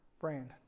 brand